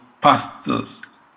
pastors